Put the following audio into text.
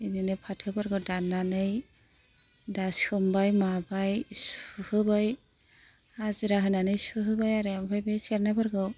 इदिनो फाथोफोरखौ दान्नानै दा सोमबाय माबाय सुहोबाय हाजिरा होनानै सुहोबाय आरो ओमफाय बे सेरनायफोरखौ